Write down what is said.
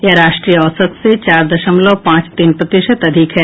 यह राष्ट्रीय औसत से चार दशमलव पांच तीन प्रतिशत अधिक है